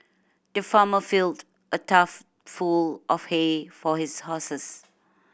the farmer filled a tough full of hay for his horses